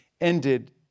ended